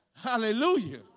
Hallelujah